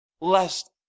lest